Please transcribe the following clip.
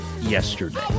yesterday